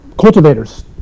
cultivators